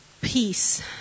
peace